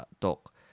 talk